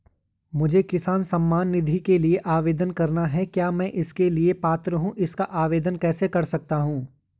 मुझे किसान सम्मान निधि के लिए आवेदन करना है क्या मैं इसके लिए पात्र हूँ इसका आवेदन कैसे कर सकता हूँ?